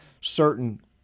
certain